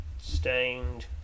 stained